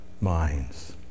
minds